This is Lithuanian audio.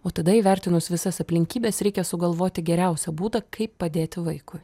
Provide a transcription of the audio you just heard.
o tada įvertinus visas aplinkybes reikia sugalvoti geriausią būdą kaip padėti vaikui